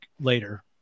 later